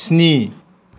स्नि